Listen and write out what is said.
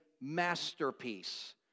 masterpiece